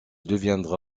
deviendra